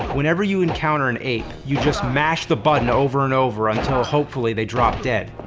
whenever you encounter an ape, you just mash the button over and over until hopefully they drop dead.